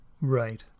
right